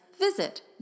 visit